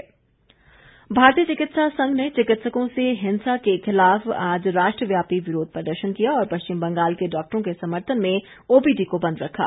doctor हड़ताल भारतीय चिकित्सा संघ ने चिकित्सकों से हिंसा के खिलाफ आज राष्ट्रव्यापी विरोध प्रदर्शन किया और पश्चिम बंगाल के डॉक्टरों के समर्थन में ओपीडी को बंद रखा